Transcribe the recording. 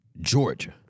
Georgia